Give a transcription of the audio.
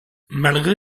malgré